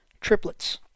Triplets